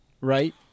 right